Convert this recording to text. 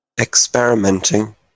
experimenting